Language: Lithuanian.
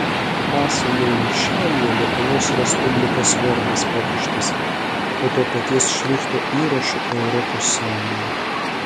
paso jau viršelyje lietuvos respublikos vardas pakištas po to paties šrifto įrašu europos sąjunga